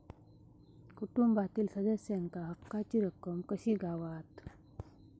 कुटुंबातील सदस्यांका हक्काची रक्कम कशी गावात?